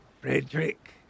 Frederick